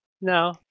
no